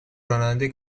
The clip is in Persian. راننده